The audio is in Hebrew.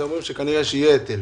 זה אומר שכנראה יהיה היטל.